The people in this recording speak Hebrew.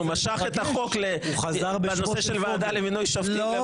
הוא משך את החוק בנושא של ועדה למינוי שופטים.